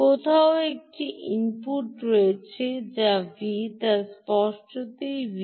কোথাও একটি ইনপুট রয়েছে যা V এবং স্পষ্টতই V